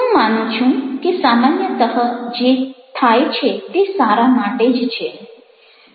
હું માનું છું કે સામાન્યતઃ જે થાય છે તે સારા માટે જ છે